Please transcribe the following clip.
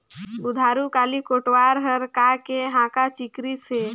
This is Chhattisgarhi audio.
बुधारू काली कोटवार हर का के हाँका चिकरिस हे?